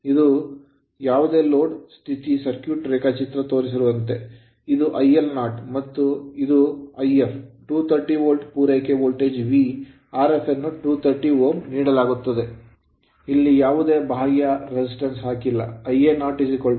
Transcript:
ಇದು ಯಾವುದೇ load load ಸ್ಥಿತಿ ಸರ್ಕ್ಯೂಟ್ ರೇಖಾಚಿತ್ರದಲ್ಲಿ ತೋರಿಸಿರುವಂತೆ ಇದು IL0 ಇದು If 230 ವೋಲ್ಟ್ ಪೂರೈಕೆ ವೋಲ್ಟೇಜ್ V Rf ಅನ್ನು 230 Ω ನೀಡಲಾಗುತ್ತದೆ ಇಲ್ಲಿ ಯಾವುದೇ ಬಾಹ್ಯ resistance ಪ್ರತಿರೋಧವನ್ನು ಹಾಕಿಲ್ಲ Ia05A ra ಅನ್ನು 0